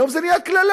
היום זה נהיה קללה.